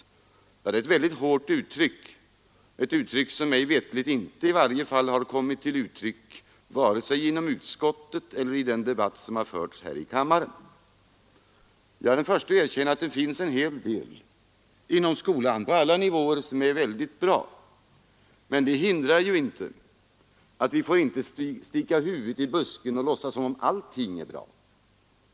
Ja, det är ett mycket hårt uttryck — ett uttryck som mig veterligt inte har kommit till användning vare sig inom utskottet eller i den debatt som har förts här i kammaren. Jag är den förste att erkänna att det finns en hel del inom skolan — på alla nivåer — som är väldigt bra, men det betyder inte att vi får sticka huvudet i busken och låtsas som om allting är bra.